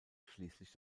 schließlich